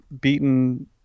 beaten